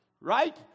right